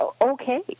okay